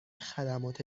خدمات